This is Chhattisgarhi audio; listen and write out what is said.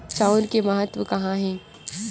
चांउर के महत्व कहां हे?